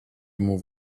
move